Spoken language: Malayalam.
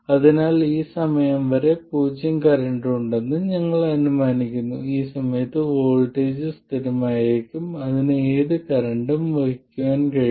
അതിനാൽ ഈ സമയം വരെ പൂജ്യം കറന്റ് ഉണ്ടെന്ന് ഞങ്ങൾ അനുമാനിക്കുന്നു ഈ സമയത്ത് വോൾട്ടേജ് സ്ഥിരമായിരിക്കും അതിന് ഏത് കറന്റും വഹിക്കാൻ കഴിയും